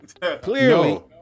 Clearly